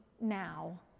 now